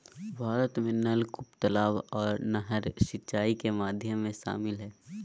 भारत में नलकूप, तलाब आर नहर सिंचाई के माध्यम में शामिल हय